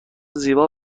زیبا